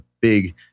big